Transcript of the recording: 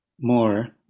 more